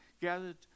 gathered